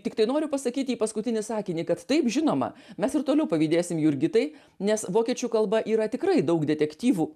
tiktai noriu pasakyti paskutinį sakinį kad taip žinoma mes ir toliau pavydėsim jurgitai nes vokiečių kalba yra tikrai daug detektyvų